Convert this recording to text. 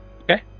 Okay